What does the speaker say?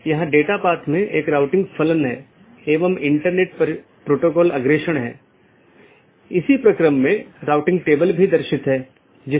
अब मैं कैसे एक मार्ग को परिभाषित करता हूं यह AS के एक सेट द्वारा परिभाषित किया गया है और AS को मार्ग मापदंडों के एक सेट द्वारा तथा गंतव्य जहां यह जाएगा द्वारा परिभाषित किया जाता है